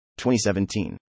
2017